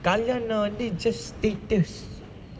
கல்யாணம் வந்து:kalyaanam it just status